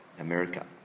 America